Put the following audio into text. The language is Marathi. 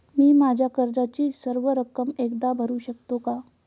मी माझ्या कर्जाची सर्व रक्कम एकदा भरू शकतो का?